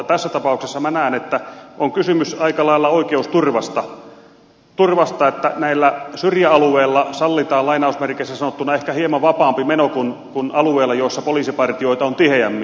tässä tapauksessa minä näen että on kysymys aika lailla oikeusturvasta kun näillä syrjäalueilla sallitaan lainausmerkeissä sanottuna ehkä hieman vapaampi meno kuin alueilla joilla poliisipartioita on tiheämmin